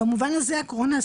במובן הזה הקורונה,